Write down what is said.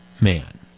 man